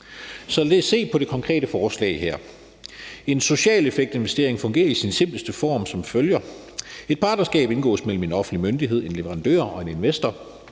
Lad os se på det konkrete forslag her. En social effekt-investering fungerer i sin simpleste form som følger: Et partnerskab indgås mellem en offentlig myndighed, en leverandør og en investor.